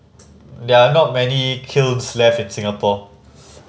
there are not many kilns left in Singapore